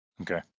Okay